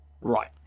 Right